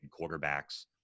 quarterbacks